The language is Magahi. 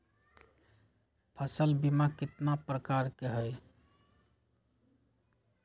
फसल बीमा कतना प्रकार के हई?